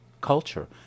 culture